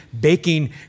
baking